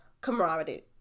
camaraderie